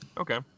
okay